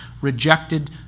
rejected